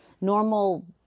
normal